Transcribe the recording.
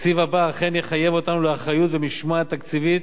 התקציב הבא אכן יחייב אותנו לאחריות ומשמעת תקציבית.